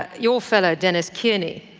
your fellow, dennis kierney